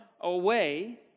away